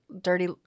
Dirty